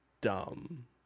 dumb